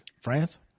France